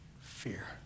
fear